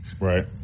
Right